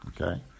Okay